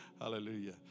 Hallelujah